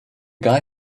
guy